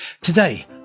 Today